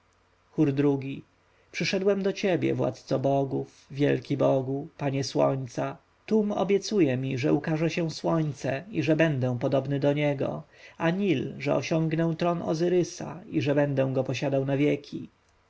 przyszedłem do ciebie władco bogów wielki bogu panie słońca tum obiecuje mi że ukaże się słońce i że będę podobny do niego a nil że osiągnę tron ozyrysa i będę go posiadał na wieki